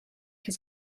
has